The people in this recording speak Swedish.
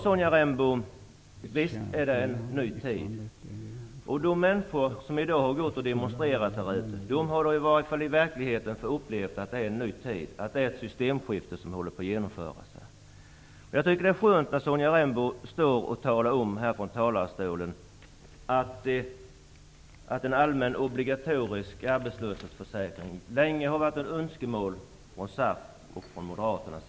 Visst är det en ny tid, Sonja Rembo. De människor som i dag har demonstrerat här utanför riksdagshuset har i varje fall i verkligheten fått uppleva att det är en ny tid och att det håller på att genomföras ett systemskifte. Jag tycker det är skönt att Sonja Rembo står här i talarstolen och säger att en allmän obligatorisk arbetslöshetsförsäkring länge har varit ett önskemål från SAF och Moderaterna.